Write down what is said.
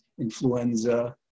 influenza